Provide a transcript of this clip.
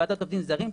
בוועדת עובדים זרים,